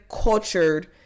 cultured